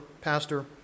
pastor